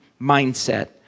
mindset